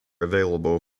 available